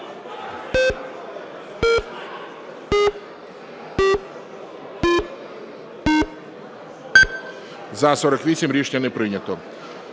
За-48 Рішення не прийнято.